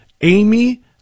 Amy